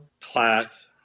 class